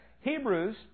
Hebrews